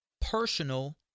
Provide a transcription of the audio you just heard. personal